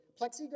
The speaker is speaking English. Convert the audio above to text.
plexiglass